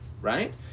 right